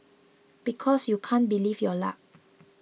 because you can't believe your luck